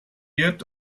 yet